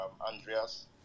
Andreas